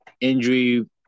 injury